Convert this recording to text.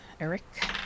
Eric